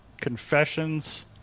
confessions